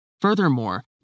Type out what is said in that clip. Furthermore